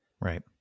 Right